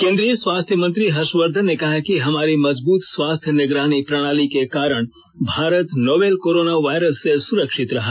केंद्रीय स्वास्थ्य मंत्री हर्षवर्धन ने कहा है कि हमारी मजबूत स्वास्थ्य निगरानी प्रणाली के कारण भारत नोवेल कोरोना वायरस से सुरक्षित रहा